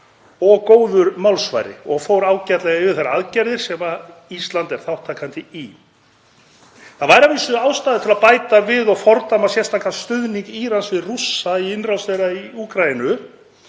og góður málsvari og fór ágætlega yfir þær aðgerðir sem Ísland er þátttakandi í. Það væri að vísu ástæða til að bæta við og fordæma sérstakan stuðning Írans við Rússa í innrás þeirra í Úkraínu